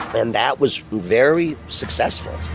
and that was very successful